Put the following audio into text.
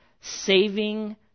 saving